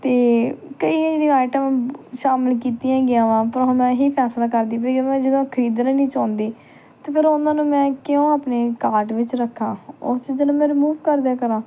ਅਤੇ ਕਈ ਜਿਹੜੀਆਂ ਆਇਟਮ ਸ਼ਾਮਿਲ ਕੀਤੀਆਂ ਹੈਗੀਆਂ ਵਾ ਪਰ ਹੁਣ ਮੈਂ ਇਹੀ ਫੈਸਲਾ ਕਰਦੀ ਪਈ ਜਦੋਂ ਮੈਂ ਜਦੋਂ ਖਰੀਦਣਾ ਨਹੀਂ ਚਾਹੁੰਦੀ ਅਤੇ ਫਿਰ ਉਹਨਾਂ ਨੂੰ ਮੈਂ ਕਿਉਂ ਆਪਣੇ ਕਾਰਟ ਵਿੱਚ ਰੱਖਾਂ ਉਸ ਚੀਜ਼ਾਂ ਨੂੰ ਮੈ ਰਿਮੂਵ ਕਰ ਦਿਆ ਕਰਾਂ